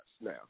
now